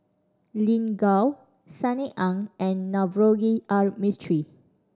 Lin Gao Sunny Ang and Navroji R Mistri